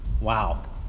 wow